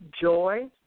joy